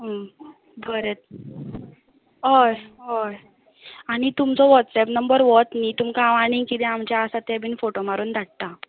बरें हय हय आनी तुमचो वॉट्सेप नंबर होच न्हय तुमकां हांव आनी कितें आमचें आसा तें बी फोटो मारून धाडटां